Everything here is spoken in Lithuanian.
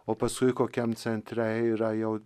o paskui kokiam centre yra jau